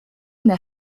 their